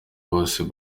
bose